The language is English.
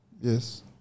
Yes